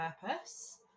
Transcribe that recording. purpose